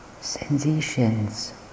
sensations